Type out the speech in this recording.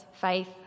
faith